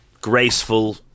graceful